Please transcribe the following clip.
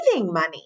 money